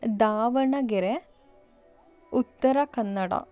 Davanagere Uttara Kannada